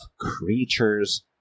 creatures